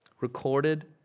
recorded